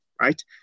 Right